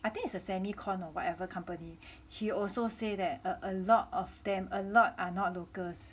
I think it's a semi con or whatever company he also say that a lot of them a lot are not locals